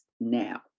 now